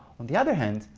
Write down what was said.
on the other hand,